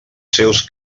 seus